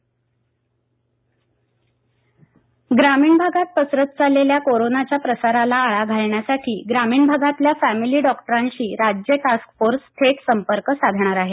family डॉक्टरांशी संवाद ग्रामीण भागात पसरत चाललेल्या कोरोनाच्या प्रसाराला आळा घालण्यासाठी ग्रामीण भागातल्या फॅमिली डॉक्टरांशी राज्य टास्क फोर्स थेट संपर्क साधणार आहे